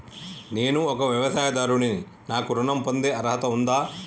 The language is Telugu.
నేను ఒక వ్యవసాయదారుడిని నాకు ఋణం పొందే అర్హత ఉందా?